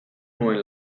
nuen